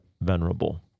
venerable